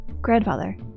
grandfather